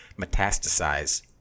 metastasize